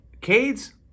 Cade's